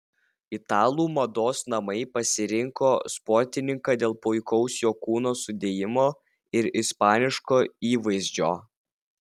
italų mados namai pasirinko sportininką dėl puikaus jo kūno sudėjimo ir ispaniško įvaizdžio